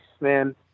Man